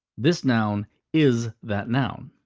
this noun is that noun.